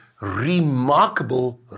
remarkable